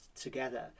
together